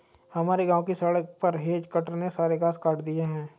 हमारे गांव की सड़क पर हेज कटर ने सारे घास काट दिए हैं